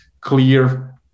clear